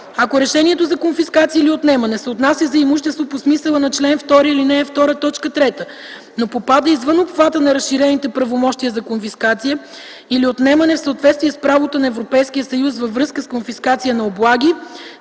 Ако решението за конфискация или отнемане се отнася за имущество по смисъла на чл. 2, ал. 2, т. 3, но попада извън обхвата на разширените правомощия за конфискация или отнемане в съответствие с правото на Европейския съюз във връзка с конфискация на облаги,